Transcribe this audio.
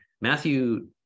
matthew